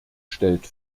stellt